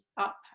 up